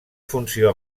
funció